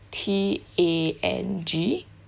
T A N G